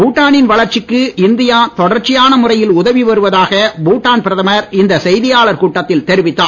பூடா னின் வளர்ச்சிக்கு இந்தியா தொடர்ச்சியான முறைறில் உதவி வருவதாக பூடான் பிரதமர் இந்த செய்தியாளர்கள் கூட்டத்தில் தெரிவித்தார்